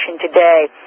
today